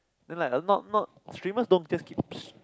then like a not not treatments don't just keeps